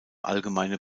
allgemeine